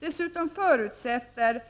Dessutom försätter